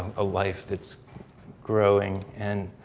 a life that's growing. and